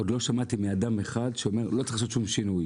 עוד לא שמעתי מאדם אחר שאומר שלא צריך לעשות שום שינוי.